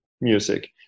music